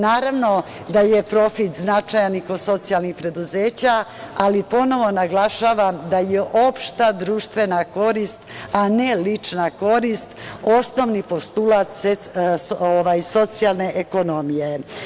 Naravno da je profit značajan i kod socijalnih preduzeća, ali ponovo naglašavam da je opšta društvena korist, a ne lična korist, osnovni postulat socijalne ekonomije.